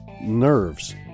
nerves